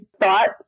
thought